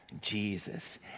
Jesus